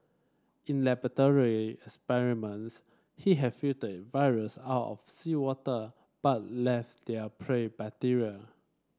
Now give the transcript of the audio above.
in laboratory experiments he have filtered viruse out of seawater but left their prey bacteria